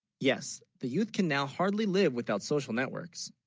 yes the youth can, now hardly, live without social networks